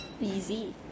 Easy